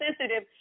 sensitive